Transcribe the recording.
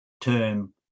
term